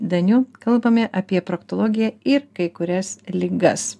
daniu kalbame apie proktologiją ir kai kurias ligas